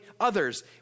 others